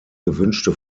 gewünschte